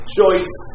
choice